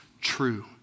true